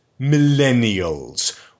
millennials